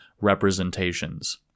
representations